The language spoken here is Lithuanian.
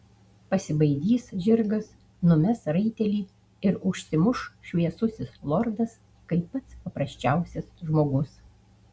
pasibaidys žirgas numes raitelį ir užsimuš šviesusis lordas kaip pats paprasčiausias žmogus